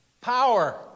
power